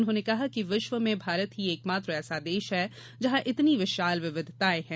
उन्होंने कहा कि विश्व में भारत ही एकमात्र ऐसा देश है जहां इतनी विशाल विविधताये हैं